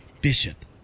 Bishop